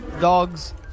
Dogs